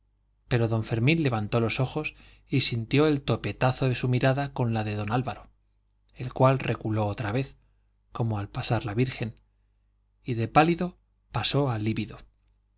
pero don fermín levantó los ojos y sintió el topetazo de su mirada con la de don álvaro el cual reculó otra vez como al pasar la virgen y de pálido pasó a lívido